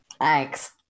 Thanks